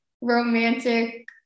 romantic